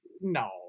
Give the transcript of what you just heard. No